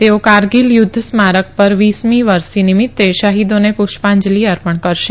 તેઓ કારગીલ યુદ્ધ સ્મારક પર વીસમી વરસી નિમિત્તે શહીદોને પૂષ્પાંજલી અર્પણ કરશે